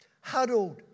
Huddled